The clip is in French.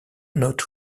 note